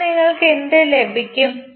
അപ്പോൾ നിങ്ങൾക്ക് എന്ത് ലഭിക്കും